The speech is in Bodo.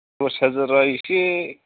दस हाजारा एसे